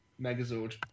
megazord